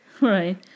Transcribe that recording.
Right